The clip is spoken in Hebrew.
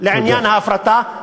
לעניין ההפרטה.